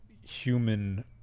human